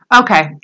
Okay